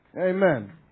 Amen